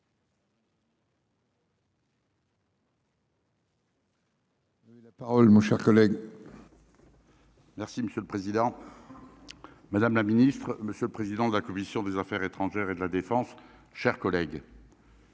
Paul, mon cher collègue. Merci monsieur le président, madame la ministre, monsieur le président de la commission des Affaires étrangères et de la Défense, chers collègues.